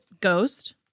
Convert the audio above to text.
Ghost